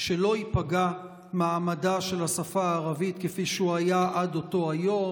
שלא ייפגע מעמדה של השפה הערבית כפי שהוא היה עד אותו היום.